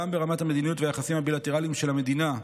גם ברמת המדיניות והיחסים הבילטרליים של המדינה,